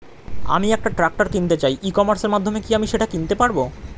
আমি একটা ট্রাক্টর কিনতে চাই ই কমার্সের মাধ্যমে কি আমি সেটা কিনতে পারব?